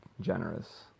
generous